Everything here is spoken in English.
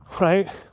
right